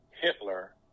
Hitler